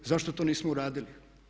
Zašto to nismo uradili?